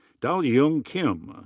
dohyeong kim.